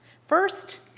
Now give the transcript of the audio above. First